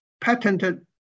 patented